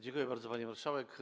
Dziękuję bardzo, pani marszałek.